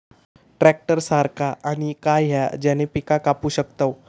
Tractor सारखा आणि काय हा ज्याने पीका कापू शकताव?